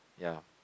ya